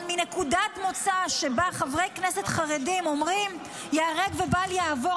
אבל מנקודת מוצא שבה חברי כנסת חרדים אומרים: ייהרג ובל יעבור,